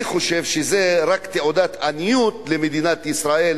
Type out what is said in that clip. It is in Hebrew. אני חושב שזו רק תעודת עניות למדינת ישראל